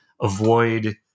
avoid